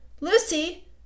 Lucy